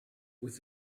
with